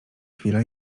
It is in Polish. chwila